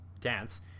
dance